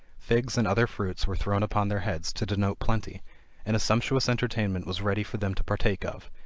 figs and other fruits were thrown upon their heads to denote plenty and a sumptuous entertainment was ready for them to partake of,